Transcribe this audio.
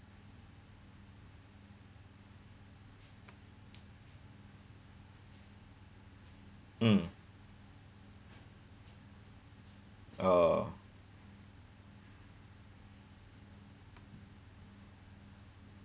mm oh